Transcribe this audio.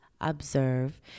observe